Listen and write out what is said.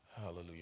Hallelujah